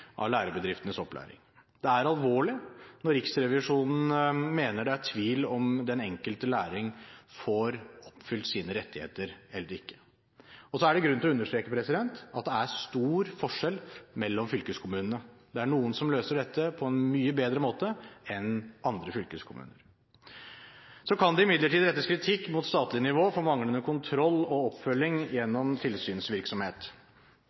av lærebedriftenes opplæring. Det er alvorlig når Riksrevisjonen mener det er tvil om den enkelte lærling får oppfylt sine rettigheter eller ikke. Så er det grunn til å understreke at det er stor forskjell mellom fylkeskommunene. Noen løser dette på en mye bedre måte enn andre fylkeskommuner. Så kan det imidlertid rettes kritikk mot statlig nivå for manglende kontroll og oppfølging